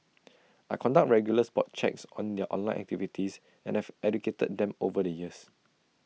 I conduct regular spot checks on their online activities and have educated them over the years